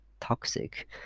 toxic